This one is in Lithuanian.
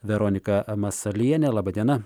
veronika masalienė laba diena